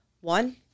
one